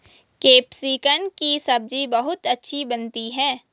capsicum की सब्जी बहुत अच्छी बनती है